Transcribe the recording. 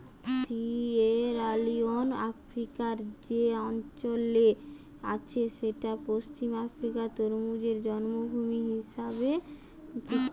Sierra Leone আফ্রিকার যে অঞ্চলে আছে সেইটা পশ্চিম আফ্রিকার তরমুজের জন্মভূমি হিসাবে বিখ্যাত